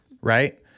right